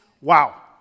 Wow